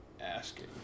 asking